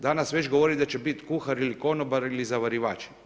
Danas već govori da će bit kuhar ili konobar ili zavarivač.